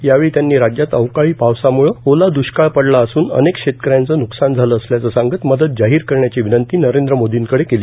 यावेळी त्यांनी राज्यात अवकाळी पावसामुळे ओला दुष्काळ पडला असून अनेक शेतकऱ्यांचं न्कसान झालं असल्याचं सांगत मदत जाहीर करण्याची विनंती नरेंद्र मोदींकडे केली